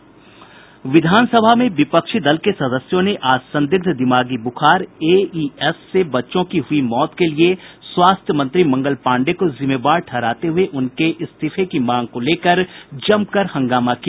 विधानसभा में विपक्षी दल के सदस्यों ने आज संदिग्ध दिमागी ब्रखार एईएस से बच्चों की हुई मौत के लिए स्वास्थ्य मंत्री मंगल पांडेय को जिम्मेवार ठहराते हुए उनके इस्तीफे की मांग को लेकर जमकर हंगामा किया